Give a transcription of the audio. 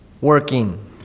working